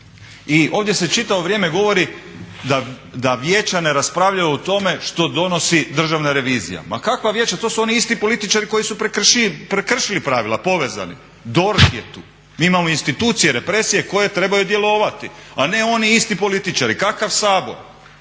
I ovdje se čitavo vrijeme govori da vijeća ne raspravljaju o tome što donosi državna revizija, ma kakva vijeća to su oni isti političari koji su prekršili pravila povezani, DORH je tu, mi imamo institucije represije koje trebaju djelovati, a ne oni isti političari, kakva Sabor.